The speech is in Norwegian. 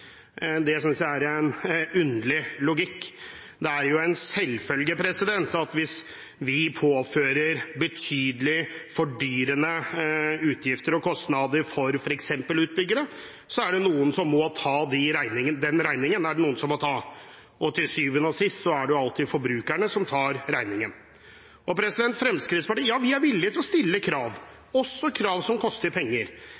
jeg det er en underlig logikk. Det er en selvfølge at hvis vi påfører betydelig fordyrende utgifter og kostnader for f.eks. utbyggere, er det noen som må ta den regningen. Og til syvende og sist er det alltid forbrukerne som tar regningen. Vi i Fremskrittspartiet er villig til å stille krav, også krav som koster penger. Men vi mener man må gå inn og se om kravene er rimelig i forhold til